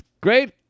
Great